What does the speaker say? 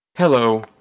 Hello